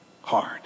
hard